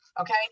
Okay